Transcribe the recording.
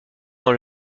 dans